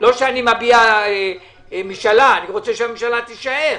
לא שאני מביע משאלה, אני רוצה שהממשלה תישאר.